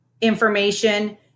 information